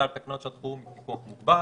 על תקנות שעת חירום הוא פיקוח מוגבל.